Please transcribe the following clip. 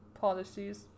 policies